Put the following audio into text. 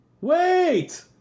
Wait